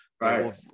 right